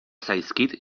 zaizkit